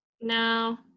No